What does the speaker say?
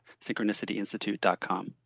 synchronicityinstitute.com